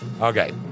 Okay